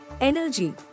energy